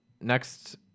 Next